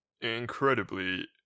incredibly